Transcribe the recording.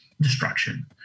destruction